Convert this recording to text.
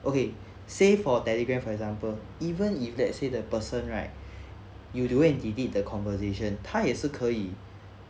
okay say for Telegram for example even if let's say the person right you do and delete the conversation 他也是可以